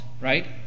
right